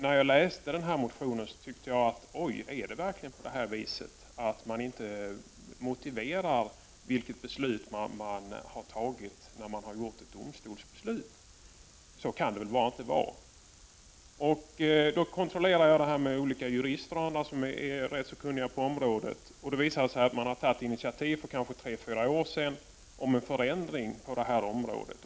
När jag läste den här motionen tänkte jag: Oj, är det verkligen på det viset att domstolen inte motiverar det beslut man har fattat! Så kan det väl bara inte vara? Jag kontrollerade den frågan med olika jurister och andra som är rätt kunniga på det området. Det visade sig då att man för tre fyra år sedan tagit initiativ till en förändring på det här området.